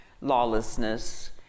lawlessness